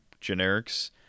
generics